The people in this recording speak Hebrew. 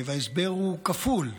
וההסבר הוא כפול.